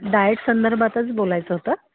diet संदर्भातच बोलायचं होतं